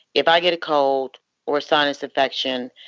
if i get a cold or sinus infection,